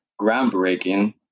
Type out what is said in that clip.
groundbreaking